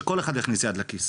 שכל אחד יכניס יד לכיס